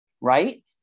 right